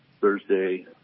Thursday